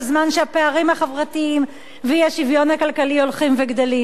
בזמן שהפערים החברתיים והאי-שוויון הכלכלי הולכים וגדלים.